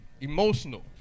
emotional